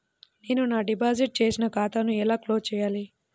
నేను నా డిపాజిట్ చేసిన ఖాతాను ఎలా క్లోజ్ చేయాలి?